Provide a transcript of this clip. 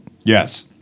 yes